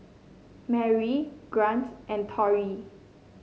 Merri Grant and Torie